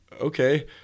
Okay